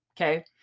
Okay